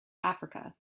africa